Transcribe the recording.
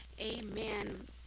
amen